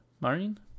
Marine